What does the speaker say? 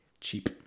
cheap